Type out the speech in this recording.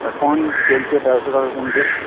এখন চলছে তেরোশো টাকা কুইন্টাল